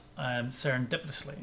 serendipitously